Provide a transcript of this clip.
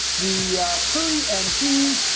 the curry and cheese